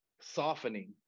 softening